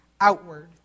outward